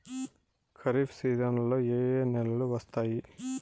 ఖరీఫ్ చివరి సీజన్లలో ఏ ఏ నెలలు వస్తాయి